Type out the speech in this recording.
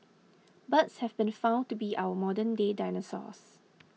birds have been found to be our modernday dinosaurs